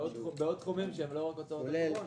בעוד תחומים שהם לא רק הוצאות הקורונה.